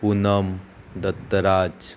Poonam Dattaraj